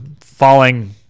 falling